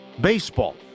Baseball